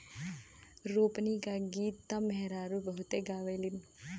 रोपनी क गीत त मेहरारू बहुते गावेलीन